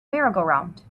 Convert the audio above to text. merrygoround